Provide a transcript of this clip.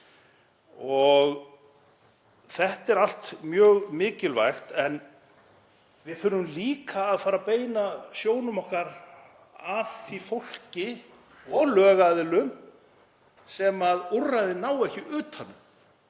Þetta er allt mjög mikilvægt en við þurfum líka að fara að beina sjónum okkar að því fólki og lögaðilum sem úrræðin ná ekki utan